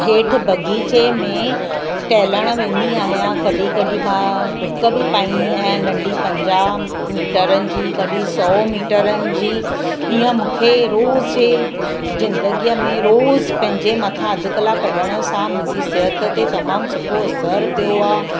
हेठि बगीचे में टहलणु वेंदी आहियां कॾहिं कॾहिं मां ॾुक बि पाईंदी आहियां नंढी पंजाहु मीटरनि जी कॾहि सौ मीटरनि जी ईअं मूंखे रोज़ हे ज़िंदगीअ में रोज़ु पंहिंजे मथां अधु कलाकु कढण सां मुंहिंजी सिहत ते तमामु सुठो असरु पियो आहे